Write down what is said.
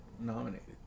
nominated